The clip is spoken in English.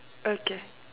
okay